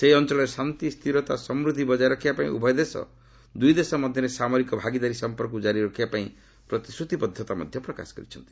ସେହି ଅଞ୍ଚଳରେ ଶାନ୍ତି ସ୍ଥିରତା ଓ ସମୃଦ୍ଧି ବଜାୟ ରଖିବାପାଇଁ ଉଭୟ ଦେଶ ଦୁଇ ଦେଶ ମଧ୍ୟରେ ସାମରିକ ଭାଗିଦାରୀ ସମ୍ପର୍କକୁ ଜାରି ରଖିବାପାଇଁ ପ୍ରତିଶ୍ରତିବଦ୍ଧତା ପ୍ରକାଶ କରିଛନ୍ତି